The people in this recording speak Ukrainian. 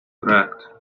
проект